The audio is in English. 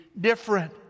different